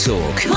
Talk